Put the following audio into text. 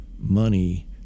money